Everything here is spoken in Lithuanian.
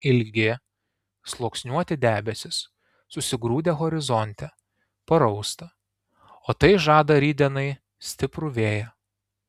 ilgi sluoksniuoti debesys susigrūdę horizonte parausta o tai žada rytdienai stiprų vėją